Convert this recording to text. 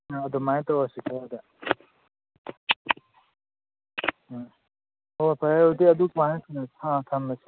ꯑ ꯑꯗꯨꯃꯥꯏꯅ ꯇꯧꯔꯁꯤꯀꯣ ꯑꯗꯨꯗꯤ ꯍꯣꯏ ꯑꯣ ꯐꯔꯦ ꯑꯗꯨꯗꯤ ꯑꯗꯨꯃꯥꯏꯅ ꯈꯟꯅꯔꯁꯤ ꯑ ꯊꯝꯃꯁꯤ